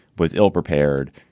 was ill prepared,